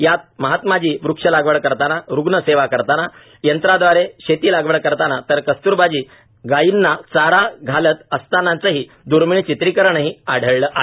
यात महात्माजी वृक्ष लागवड करताना रूग्णसेवा करताना यंत्रादवारे शेती लागवड करताना तर कस्त्रबाजी गाईना चारा घालत असतानाचंही द्र्मीळ चित्रीकरण आढळलं आहे